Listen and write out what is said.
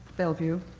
bellevue.